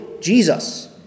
Jesus